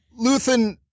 Luthan